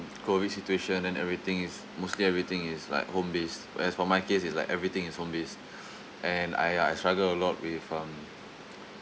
COVID situation and everything is mostly everything is like home based whereas for my case it's like everything is home based and I ya I struggle a lot with um